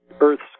Earth's